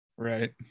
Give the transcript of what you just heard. Right